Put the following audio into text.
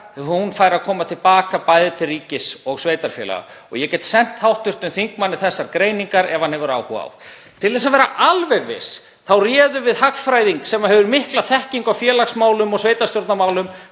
hún færi að koma til baka bæði til ríkis og sveitarfélaga. Ég get sent hv. þingmanni þessar greiningar ef hann hefur áhuga á. Til þess að vera alveg viss þá réðum við hagfræðing sem hefur mikla þekkingu á félagsmálum og sveitarstjórnarmálum,